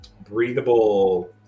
breathable